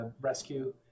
rescue